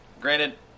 Granted